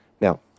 Now